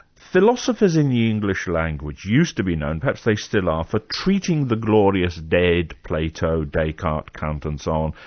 philosophers in the english language used to be known, perhaps they still are, for treating the glorious dead, plato, descartes, kant and so on,